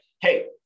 hey